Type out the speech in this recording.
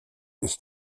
ist